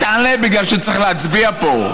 תעלה, תעלה, בגלל שצריך להצביע פה.